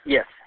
Yes